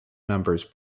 numbers